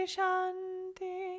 Shanti